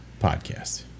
podcast